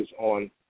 on